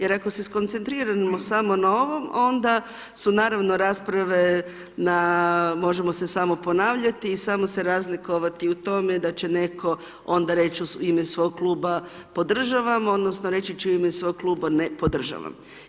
Jer ako se skoncentriramo samo na ovom onda su naravno rasprave na možemo se samo ponavljati i samo se razlikovati u tome da će neko onda reći u ime svoj kluba podržavam odnosno reći će u ime svog kluba ne podržavam.